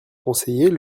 conseiller